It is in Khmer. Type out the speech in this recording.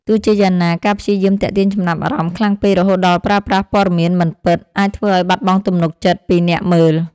ទោះជាយ៉ាងណា ការព្យាយាមទាក់ទាញចំណាប់អារម្មណ៍ខ្លាំងពេក រហូតដល់ប្រើប្រាស់ព័ត៌មានមិនពិត អាចធ្វើឱ្យបាត់បង់ទំនុកចិត្តពីអ្នកមើល។